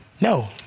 No